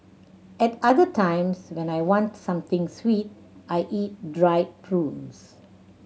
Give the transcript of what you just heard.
at other times when I want something sweet I eat dried prunes